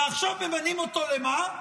ועכשיו ממנים אותו, למה?